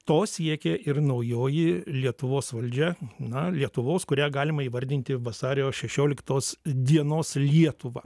to siekė ir naujoji lietuvos valdžia na lietuvos kuria galima įvardinti vasario šešioliktos dienos lietuva